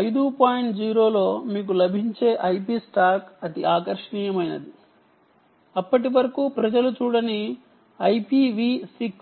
0 లో మీకు IP stack లభిస్తుంది అప్పటివరకు ప్రజలు చూడని ఐపి వి 6